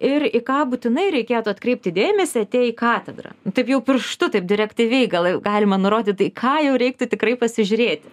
ir į ką būtinai reikėtų atkreipti dėmesį atėję į katedrą taip jau pirštu taip direktyviai gal jau galima nurodyt į ką jau reiktų tikrai pasižiūrėti